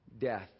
Death